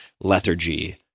lethargy